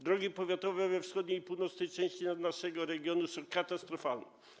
Drogi powiatowe we wschodniej i północnej części naszego regionu są katastrofalne.